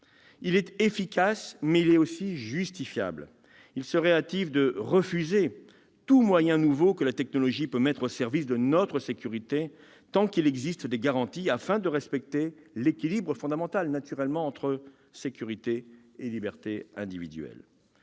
Il est efficace, mais il est aussi justifiable. Il serait hâtif de refuser tout moyen nouveau que la technologie peut mettre au service de notre sécurité, tant qu'il existe des garanties permettant de respecter l'équilibre fondamental entre sécurité et libertés individuelles.